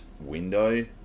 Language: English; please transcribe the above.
window